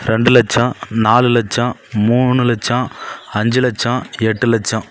ரெண்டு லட்சம் நாலு லட்சம் மூணு லட்சம் அஞ்சு லட்சம் எட்டு லட்சம்